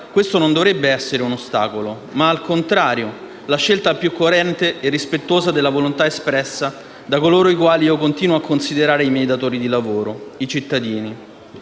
questo non dovrebbe essere un ostacolo, ma al contrario la scelta più coerente e rispettosa della volontà espressa da coloro i quali continuo a considerare i miei datori di lavoro: i cittadini.